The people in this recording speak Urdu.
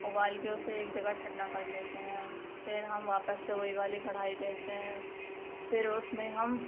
ابال کے اسے ایک جگہ ٹھنڈا کر لیتے ہیں پھر ہم واپس سے وہی والی کڑھائی لیتے ہیں پھر اس میں ہم